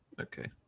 Okay